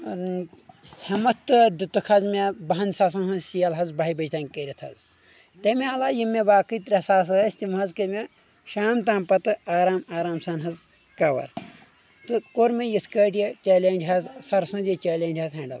ہیٚمتھ تہٕ دِیتُکھ حظ مےٚ بہن ساسن ہٕنٛز سیل حظ باہہِ بجہِ تانۍ کٔرتھ حظ تمہِ علاوٕ یِم مےٚ باقٕے ترٛےٚ ساس ٲسۍ تِم حظ کٔر مےٚ شام تام پتہٕ آرام آرام سان حظ کور تہٕ کوٚر مےٚ یِتھ کٲٹھ یہِ چیلینج حظ سر سُنٛد یہِ چیلینج حظ ہینڈٕل